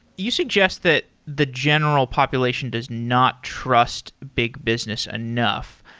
you suggest that the general population does not trust big business enough.